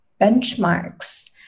benchmarks